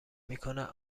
میکند